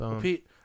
Pete